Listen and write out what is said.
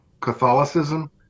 Catholicism